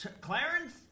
Clarence